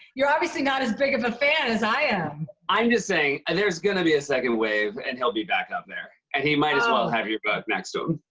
you're obviously not as big of a fan as i am. i'm just saying, and there's gonna be a second wave, and he'll be back up there. and he might as well have your book next to him.